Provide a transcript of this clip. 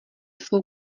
svou